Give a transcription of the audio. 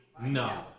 No